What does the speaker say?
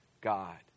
God